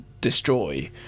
destroy